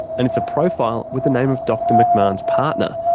and it's a profile with the name of dr mcmahon's partner,